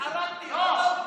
התחרטתי.